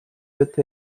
with